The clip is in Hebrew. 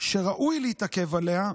שראוי להתעכב עליה,